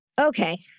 Okay